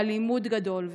הלימוד גדול.